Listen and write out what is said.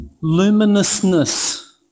luminousness